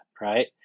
Right